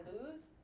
lose